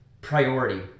priority